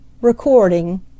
Recording